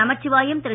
Namasivayam Thiru